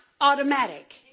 automatic